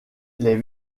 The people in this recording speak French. les